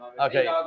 Okay